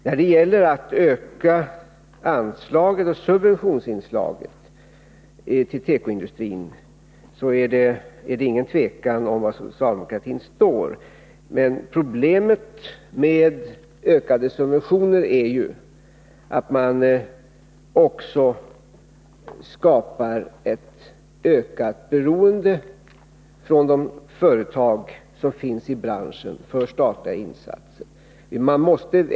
När det gäller att öka anslagen och subventionerna till tekoindustrin är det ingen tvekan om var socialdemokratin står, men problemet med ökade subventioner är ju att man också skapar ett ökat beroende av statliga insatser hos de företag som finns i branschen.